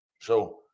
So-